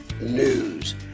news